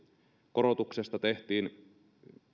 korotuksesta tehtiin